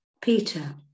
Peter